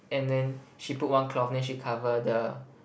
and then she put one cloth then she cover the